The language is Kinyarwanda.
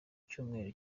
cyumweru